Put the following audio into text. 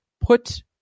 put